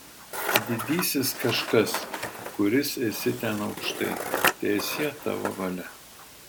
didysis kažkas kuris esi ten aukštai teesie tavo valia